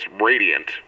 radiant